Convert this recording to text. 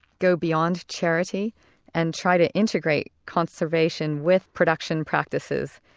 go beyond charity and try to integrate conservation with production practices,